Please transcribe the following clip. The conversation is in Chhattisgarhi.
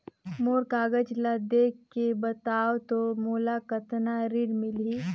मोर कागज ला देखके बताव तो मोला कतना ऋण मिलही?